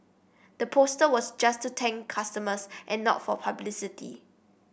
the poster was just to thank customers and not for publicity